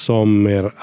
Sommer